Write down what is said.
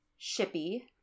shippy